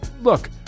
Look